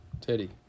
Teddy